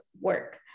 work